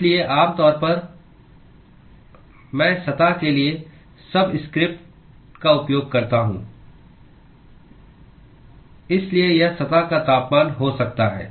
इसलिए आम तौर पर मैं सतह के लिए सबस्क्रिप्ट s का उपयोग करता हूं इसलिए यह सतह का तापमान हो सकता है